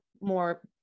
More